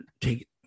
take